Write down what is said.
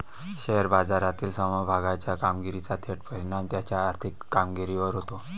share बाजारातील समभागाच्या कामगिरीचा थेट परिणाम त्याच्या आर्थिक कामगिरीवर होतो